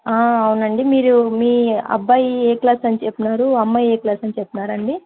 అవునండి మీరు మీ అబ్బాయి ఏ క్లాస్ అని చెప్పినారు అమ్మాయి ఏ క్లాస్ అని చెప్పినారండి